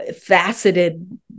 faceted